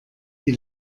die